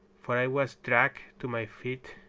for i was dragged to my feet,